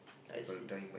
I see